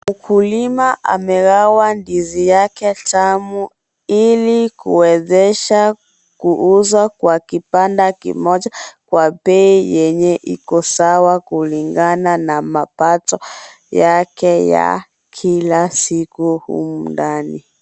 Mkulima amegawa ndizi yake tamu ili kumwezesha kuuza kwa kibanda kimoja kwa bei yenye iko sawa kulingana na mapato yake ya kila siku humu ndani.